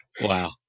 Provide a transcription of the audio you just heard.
wow